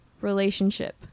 relationship